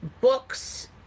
books